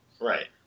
Right